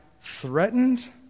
threatened